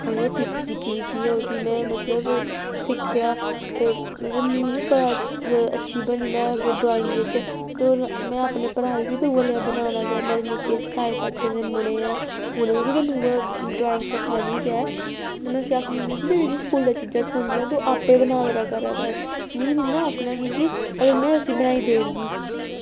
ते उसी दिक्खी दिक्खियै उसी में मतलब ते सिक्खेआ ते मिगी बी बड़ा बड़ी अच्छी बनी में ड्राईंग बिच ते में अपने भ्राएं गी बनाना ते में अपने ताएं चाचें दे मुड़ें गी उ'नेंगी बी ड्राईंग सिक्खानी गै सिक्खेआ में तुगी जेह्ड़ी स्कूला चीज़ां थ्होंदियां ओह् आपें गै बनाया करा कर मिगी निं ना आखना कि ते ओह् में उसी बनाई देई ओड़गी